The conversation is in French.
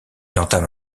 entame